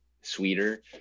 sweeter